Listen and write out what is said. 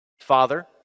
Father